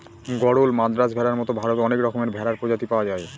গরল, মাদ্রাজ ভেড়ার মতো ভারতে অনেক রকমের ভেড়ার প্রজাতি পাওয়া যায়